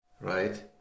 Right